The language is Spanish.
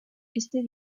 este